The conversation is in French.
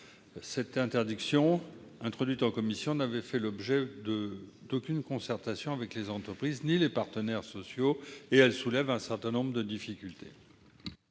Cette interdiction, introduite en commission, n'a fait l'objet d'aucune concertation avec les entreprises ni avec les partenaires sociaux et soulève un certain nombre de difficultés.